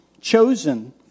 chosen